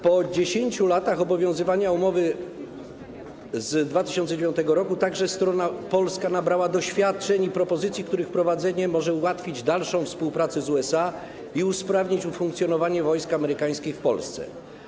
Po 10 latach obowiązywania umowy z 2009 r. także strona polska nabrała doświadczeń i ma propozycje, których wprowadzenie może ułatwić dalszą współpracę z USA i usprawnić funkcjonowanie wojsk amerykańskich w Polsce.